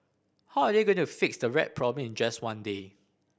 how are they going to fix the rat problem in just one day